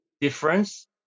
difference